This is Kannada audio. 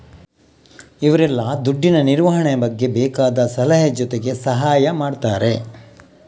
ಇವ್ರೆಲ್ಲ ದುಡ್ಡಿನ ನಿರ್ವಹಣೆ ಬಗ್ಗೆ ಬೇಕಾದ ಸಲಹೆ ಜೊತೆಗೆ ಸಹಾಯ ಮಾಡ್ತಾರೆ